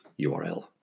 URL